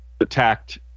attacked